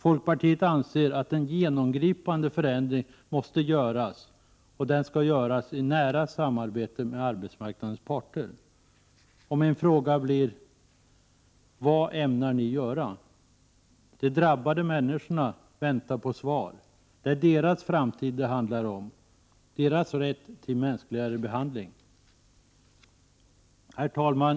Folkpartiet anser att en genomgripande förändring måste göras, och den skall göras i nära samarbete med arbetsmarknadens parter. Vad ämnar ni socialdemokrater göra? De drabbade människorna väntar på svar. Det är deras framtid det handlar om och deras rätt till mänskligare behandling. Herr talman!